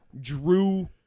drew